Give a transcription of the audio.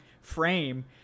frame